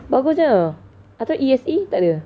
bagusnya I thought E_S_E tak ada